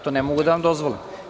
To ne mogu da vam dozvolim.